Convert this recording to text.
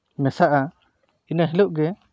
ᱢᱮᱥᱟᱜᱼᱟ ᱤᱱᱟᱹ ᱦᱤᱞᱳᱜ ᱜᱮ